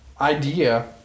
idea